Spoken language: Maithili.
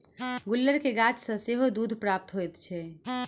गुलर के गाछ सॅ सेहो दूध प्राप्त होइत छै